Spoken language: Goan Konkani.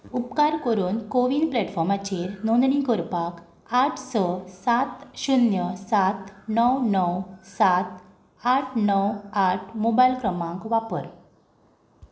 उपकार करून कोवीन प्लॅटफॉर्माचेर नोंदणी करपाक आठ स सात शुन्य सात णव णव सात आठ णव आठ मोबायल क्रमांक वापर